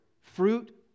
fruit